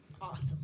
Awesome